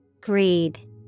Greed